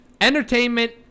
Entertainment